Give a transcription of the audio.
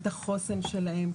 את החוסן שלהם,